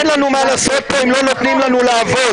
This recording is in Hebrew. אין לנו מה לעשות פה אם לא נותנים לנו לעבוד.